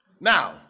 Now